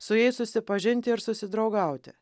su jais susipažinti ir susidraugauti